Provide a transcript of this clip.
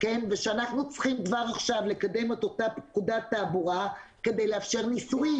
וכשאנחנו צריכים כבר עכשיו לקדם את אותה פקודת תעבורה כדי לאפשר ניסוים.